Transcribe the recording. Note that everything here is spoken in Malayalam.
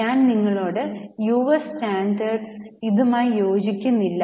ഞാൻ നിങ്ങളോട് യുഎസ് സ്റ്റാൻഡേർഡ്സ് ഇതുമായി യോജിക്കുന്നില്ല